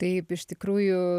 taip iš tikrųjų